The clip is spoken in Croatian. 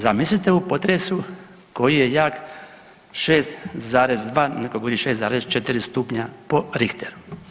Zamislite u potresu koji je jak 6,2, neko govori 6,4 stupnja po Richteru.